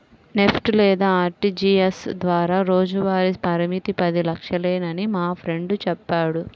NEFT లేదా RTGS ద్వారా రోజువారీ పరిమితి పది లక్షలేనని మా ఫ్రెండు చెప్పాడు